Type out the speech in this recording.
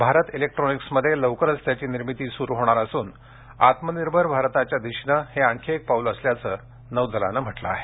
भारत इलेक्ट्रोनिक्समध्ये लवकरच याची निर्मिती सुरु होणार असून आत्मनिर्भर भारताच्या दिशेनं हे आणखी एक पाउल असल्याचं नौदलानं म्हटलं आहे